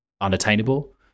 unattainable